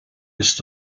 ist